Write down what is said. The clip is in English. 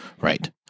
Right